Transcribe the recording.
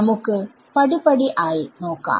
നമുക്ക് പടി പടി ആയി നോക്കാം